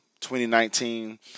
2019